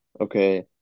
Okay